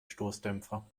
stoßdämpfer